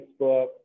Facebook